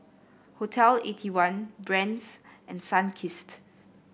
Hotel Eighty one Brand's and Sunkist